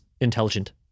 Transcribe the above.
intelligent